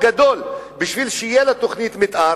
גדול בשביל שתהיה לה תוכנית מיתאר,